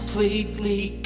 completely